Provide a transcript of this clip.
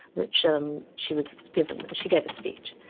which um she was given. and she gave a speech.